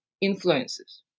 influences